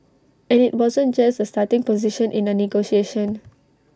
and IT wasn't just A starting position in A negotiation